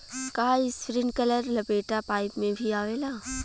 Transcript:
का इस्प्रिंकलर लपेटा पाइप में भी आवेला?